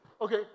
Okay